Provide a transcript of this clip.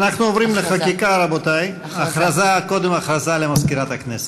הודעה למזכירת הכנסת.